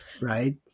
right